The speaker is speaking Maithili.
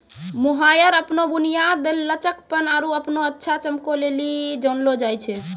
मोहायर अपनो बुनियाद, लचकपन आरु अपनो अच्छा चमको लेली जानलो जाय छै